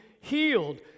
healed